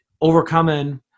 overcoming